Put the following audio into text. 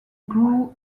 grew